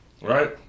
right